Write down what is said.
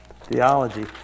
theology